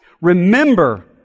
Remember